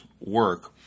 work